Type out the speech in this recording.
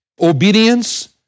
obedience